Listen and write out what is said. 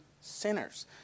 sinners